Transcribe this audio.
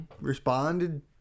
responded